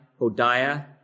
Hodiah